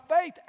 faith